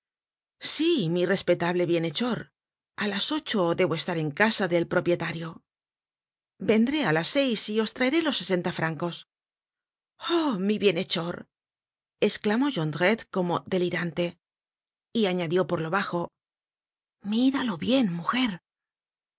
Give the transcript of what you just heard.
sí mi respetable bienhechor a las ocho debo estar en casa del propietario vendré á las seis y os traeré los sesenta francos oh mi bienhechor esclamó jondrette como delirante y añadió por lo bajo míralo bien mujer el